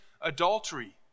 adultery